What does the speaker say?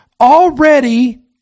already